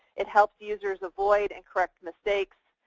it help users avoid incorrect mistakes,